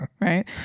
Right